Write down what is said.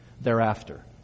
thereafter